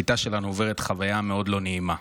הכיתה שלנו עוברת חוויה מאוד לא נעימה.